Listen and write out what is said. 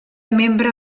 membre